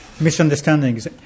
misunderstandings